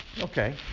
Okay